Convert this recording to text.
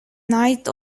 night